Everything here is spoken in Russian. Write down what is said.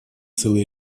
целый